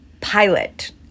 pilot